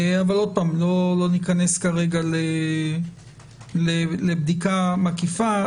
אבל עוד פעם, לא ניכנס כרגע לבדיקה מקיפה.